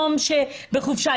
יש היום סטודנטים בחופשה,